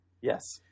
Yes